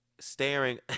staring